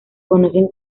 conocen